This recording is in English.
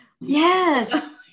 Yes